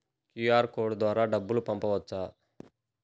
QR code ద్వారా డబ్బులు పంపవచ్చా?